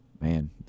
Man